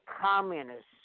communists